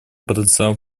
потенциал